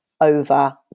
over